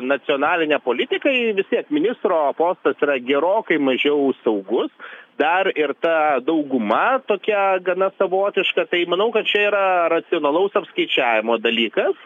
nacionalinę politiką į vis tiek ministro postas yra gerokai mažiau saugus dar ir ta dauguma tokia gana savotiška tai manau kad čia yra racionalaus apskaičiavimo dalykas